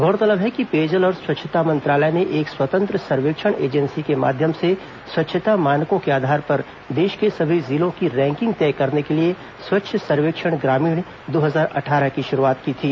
गौरतलब है कि पेयजल और स्वच्छता मंत्रालय ने एक स्वतंत्र सर्वेक्षण एजेंसी के माध्यम से स्वच्छता मानकों के आधार पर देश के सभी जिलों की रैंकिंग तय करने के लिए स्वच्छ सर्वेक्षण ग्रामीण दो हजार अट्ठारह की शुरूआत की थी